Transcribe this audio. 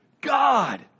God